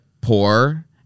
poor